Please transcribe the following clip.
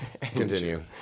continue